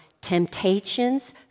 Temptations